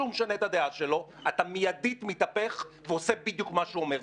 כשהוא משנה את הדעה שלו אתה מיידית מתהפך ועושה בדיוק מה שהוא אומר.